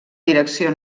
direcció